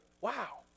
Wow